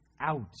out